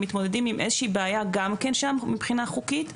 הם מתמודדים עם איזושהי בעיה גם כן שם מבחינה חוקית,